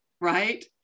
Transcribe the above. right